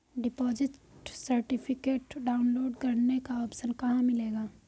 Deposit certificate download करने का option कहां मिलेगा?